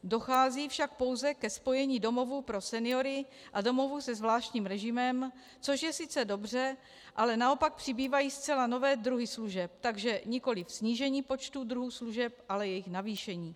Dochází však pouze ke spojení domovů pro seniory a domovů se zvláštním režimem, což je sice dobře, ale naopak přibývají zcela nové druhy služeb, takže nikoliv snížení počtu druhů služeb, ale jejich navýšení.